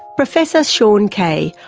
professor sean kay,